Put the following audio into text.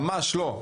ממש לא,